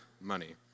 money